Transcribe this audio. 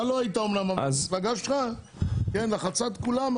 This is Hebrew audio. אתה לא היית אבל המפלגה שלך לחצה את כולם.